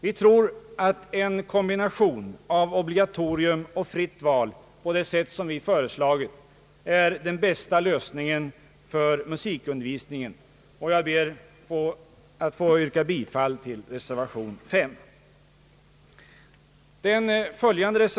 Vi tror att en kombination av obligatorium och fritt val på det sätt vi föreslagit är den bästa lösningen för musikundervisningen, och jag ber att få yrka bifall till reservation 5.